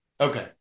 Okay